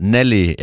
Nelly